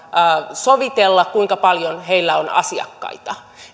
sovitella kuinka paljon heillä on asiakkaita